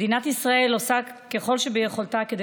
מדינת ישראל עושה כל שביכולתה כדי